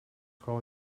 frau